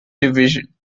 division